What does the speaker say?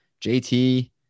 JT